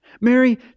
Mary